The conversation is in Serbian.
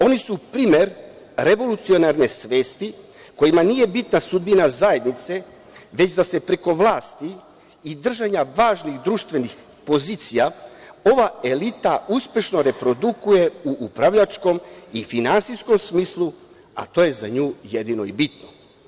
Oni su primer revolucionarne svesti, kojima nije bitna sudbina zajednice, već da se preko vlasti i držanja važnih društvenih pozicija ova elita uspešno produkuje u upravljačkom i finansijskom smislu, a to je za nju jedino i bitno.